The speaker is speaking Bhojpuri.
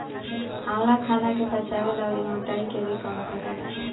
आंवला खाना के पचावे ला अउरी मोटाइ के भी कम करेला